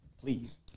Please